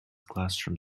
classroom